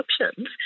options